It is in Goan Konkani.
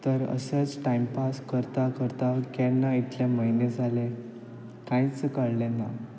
तर असेंच टायमपास करता करता केन्ना इतले म्हयने जाले कांयच कळ्ळें ना